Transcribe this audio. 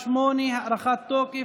(הארכת תוקף)